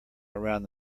around